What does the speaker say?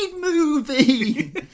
movie